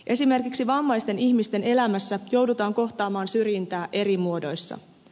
esimerkiksi vammaisten ihmisten elämässä joudutaan kohtaamaan syrjintää eri muodoissa